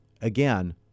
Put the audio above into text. again